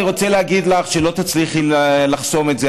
אני רוצה להגיד לך שלא תצליחי לחסום את זה,